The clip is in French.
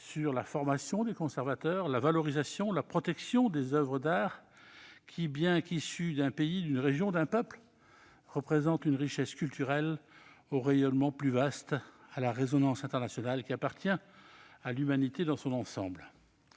sur la formation des conservateurs, ou encore sur la valorisation et la protection d'oeuvres d'art qui, bien qu'issues d'un pays, d'une région, d'un peuple, représentent une richesse culturelle au rayonnement plus vaste, à la résonance internationale, qui appartient à l'humanité dans son ensemble.